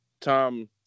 Tom